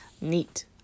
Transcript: Neat